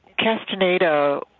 castaneda